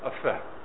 effect